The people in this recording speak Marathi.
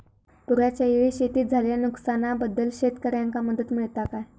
पुराच्यायेळी शेतीत झालेल्या नुकसनाबद्दल शेतकऱ्यांका मदत मिळता काय?